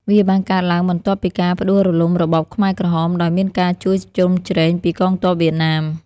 វាបានកើតឡើងបន្ទាប់ពីការផ្ដួលរំលំរបបខ្មែរក្រហម ដោយមានការជួយជ្រោមជ្រែងពីកងទ័ពវៀតណាម ។